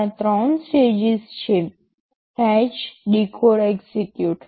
ત્યાં 3 સ્ટેજીસ છે fetch decode execute